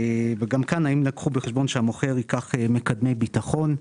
האם לקחו בחשבון שהמוכר ייקח מקדמי ביטחון?